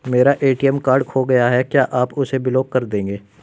मेरा ATM card खो गया है क्या आप उसे ब्लॉक कर देंगे?